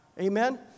Amen